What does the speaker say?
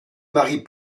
marie